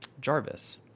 jarvis